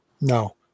No